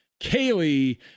Kaylee